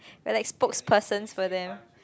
we're like spokesperson for them